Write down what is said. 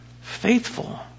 Faithful